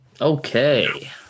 Okay